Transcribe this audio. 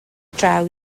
draw